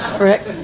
Correct